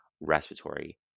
respiratory